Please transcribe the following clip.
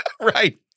Right